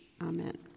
Amen